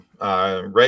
right